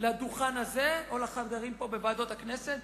לדוכן הזה או לחדרים בוועדות הכנסת,